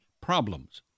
problems